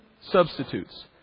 substitutes